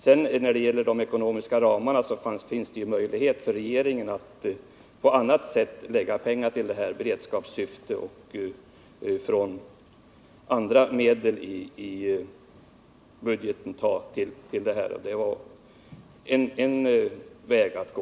När det sedan gäller de ekonomiska ramarna finns det ju möjlighet för regeringen att på annat sätt lägga pengar till det här beredskapssyftet — från andra medel i budgeten. Det är en väg att gå.